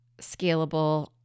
scalable